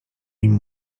nim